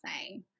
say